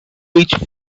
which